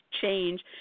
change